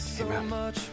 Amen